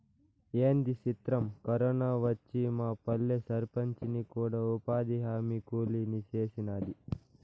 ఏంది సిత్రం, కరోనా వచ్చి మాపల్లె సర్పంచిని కూడా ఉపాధిహామీ కూలీని సేసినాది